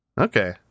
Okay